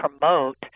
promote